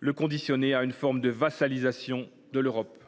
le conditionner à une forme de vassalisation de l’Europe.